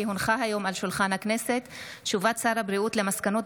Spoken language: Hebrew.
כי הונחה היום על שולחן הכנסת הודעת שר הבריאות על מסקנות